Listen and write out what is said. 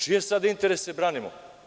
Čije sada interese branimo?